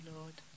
Lord